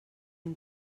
mil